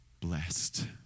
blessed